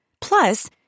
Plus